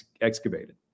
excavated